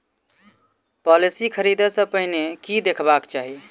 Policy खरीदै सँ पहिने की देखबाक चाहि?